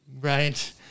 Right